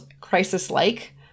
crisis-like